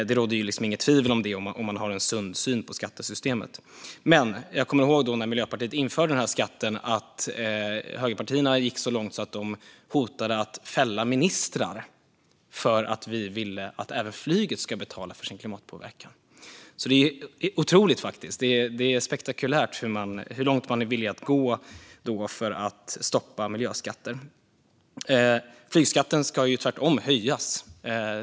Det råder liksom inget tvivel om det för den som har en sund syn på skattesystemet. Jag kommer ihåg när Miljöpartiet införde den här skatten. Högerpartierna gick så långt att de hotade att fälla ministrar för att vi ville att även flyget ska betala för sin klimatpåverkan. Det är otroligt och faktiskt spektakulärt hur långt man är villig att gå för att stoppa miljöskatten. Flygskatten ska tvärtom höjas.